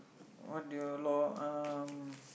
what do you lor um